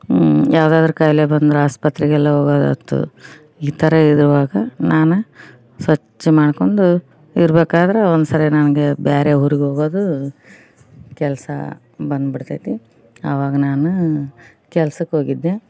ಯಾವ್ದಾದ್ರು ಕಾಯಿಲೆ ಬಂದ್ರೆ ಆಸ್ಪತ್ರೆಗೆಲ್ಲ ಹೋಗೋದು ಆಯ್ತು ಈ ಥರ ಇರುವಾಗ ನಾನು ಸ್ವಚ್ಛ ಮಾಡ್ಕೊಂಡು ಇರ್ಬೇಕಾದ್ರೆ ಒಂದ್ಸಾರಿ ನನಗೆ ಬೇರೆ ಊರಿಗೆ ಹೋಗೋದು ಕೆಲಸ ಬಂದು ಬಿಡ್ತೈತಿ ಆವಾಗ ನಾನು ಕೆಲ್ಸಕ್ಕೆ ಹೋಗಿದ್ದೆ